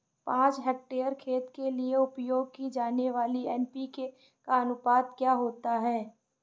पाँच हेक्टेयर खेत के लिए उपयोग की जाने वाली एन.पी.के का अनुपात क्या होता है?